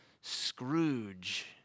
Scrooge